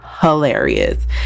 Hilarious